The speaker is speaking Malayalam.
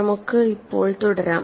നമുക്ക് ഇപ്പോൾ തുടരാം